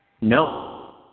No